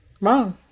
wrong